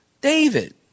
David